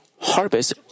harvest